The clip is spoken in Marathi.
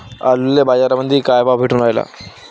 आलूले बाजारामंदी काय भाव भेटून रायला?